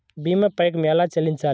భీమా పైకం ఎలా చెల్లించాలి?